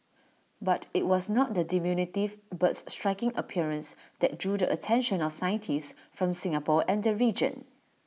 but IT was not the diminutive bird's striking appearance that drew the attention of scientists from Singapore and the region